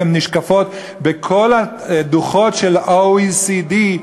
והן נשקפות בכל הדוחות של ה-OECD,